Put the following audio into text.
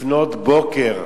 לפנות בוקר.